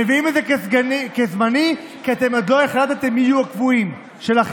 מביאים את זה כזמני כי אתם עוד לא החלטתם מי יהיו הקבועים שלכם.